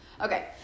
Okay